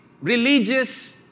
religious